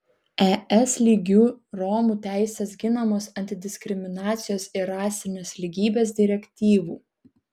es lygiu romų teisės ginamos antidiskriminacijos ir rasinės lygybės direktyvų